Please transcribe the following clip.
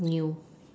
new